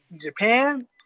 Japan